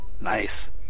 Nice